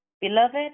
Beloved